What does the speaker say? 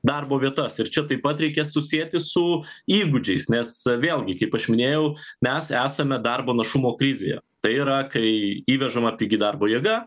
darbo vietas ir čia taip pat reikės susieti su įgūdžiais nes vėlgi kaip aš minėjau mes esame darbo našumo krizėje tai yra kai įvežama pigi darbo jėga